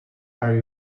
are